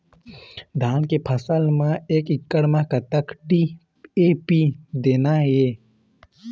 धान के फसल म एक एकड़ म कतक डी.ए.पी देना ये?